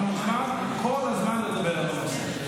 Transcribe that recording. אתה מוכן כל הזמן לדבר על הנושא.